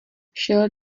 šel